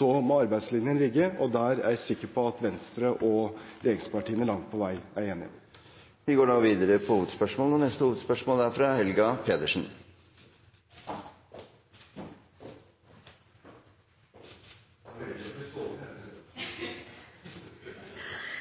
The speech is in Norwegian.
må arbeidslinjen ligge, og der er jeg sikker på at Venstre og regjeringspartiene langt på vei er enige. Vi går til neste hovedspørsmål – fra Helga Pedersen. Da velger jeg å bli stående, president.